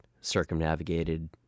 circumnavigated